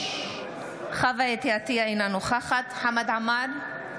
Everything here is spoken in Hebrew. אינה נוכחת חמד עמאר,